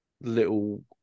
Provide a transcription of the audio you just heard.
little